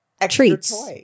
treats